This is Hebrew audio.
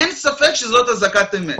אין ספק שזאת אזעקת אמת.